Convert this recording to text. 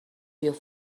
بازار